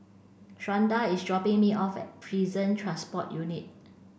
Shawnda is dropping me off at Prison Transport Unit